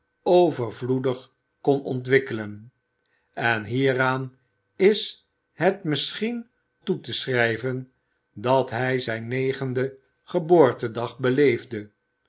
overvloedig kon ontwikkelen en hieraan is het misschien toe te schrijven dat hij zijn negenden geboortedag beleefde